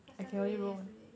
first time doing yesterday